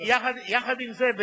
יחד עם זה,